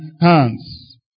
hands